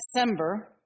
December